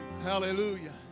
Hallelujah